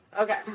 Okay